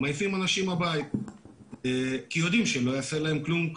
מעיפים אנשים הביתה כי יודעים שלא יעשו להם כלום.